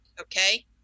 okay